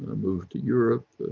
moved to europe,